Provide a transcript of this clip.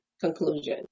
conclusion